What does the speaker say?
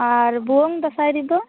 ᱟᱨ ᱵᱷᱩᱣᱟ ᱝ ᱫᱟᱥᱟᱸᱭ ᱨᱮᱫᱚ